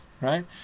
Right